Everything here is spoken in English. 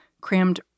crammed